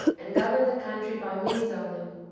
and governed the country by means of them.